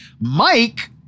Mike